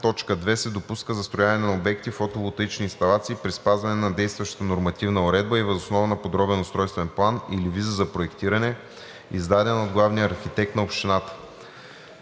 8, т. 2 се допуска застрояване на обекти – фотоволтаични инсталации, при спазване на действащата нормативна уредба и въз основа на подробен устройствен план или виза за проектиране, издадена от главния архитект на общината.“